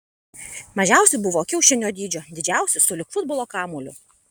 mažiausi buvo kiaušinio dydžio didžiausi sulig futbolo kamuoliu